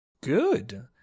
Good